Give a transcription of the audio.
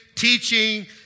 teaching